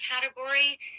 category